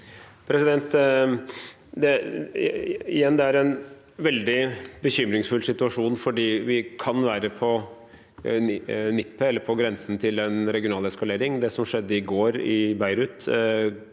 Igjen: Det er en veldig bekymringsfull situasjon, fordi vi kan være på nippet eller på grensen til en regional eskalering. Det som skjedde i går i Beirut,